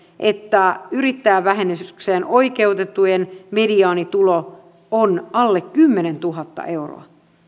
että yrittäjävähennykseen oikeutettujen mediaanitulo on alle kymmenentuhatta euroa